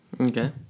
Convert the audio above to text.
Okay